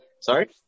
Sorry